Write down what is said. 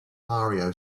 mario